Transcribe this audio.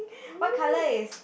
what colour is